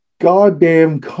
goddamn